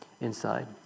inside